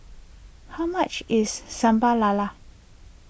how much is Sambal Lala